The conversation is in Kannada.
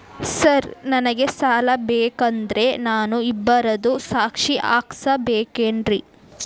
ಸರ್ ನನಗೆ ಸಾಲ ಬೇಕಂದ್ರೆ ನಾನು ಇಬ್ಬರದು ಸಾಕ್ಷಿ ಹಾಕಸಬೇಕೇನ್ರಿ?